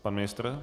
Pan ministr?